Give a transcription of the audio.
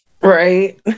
Right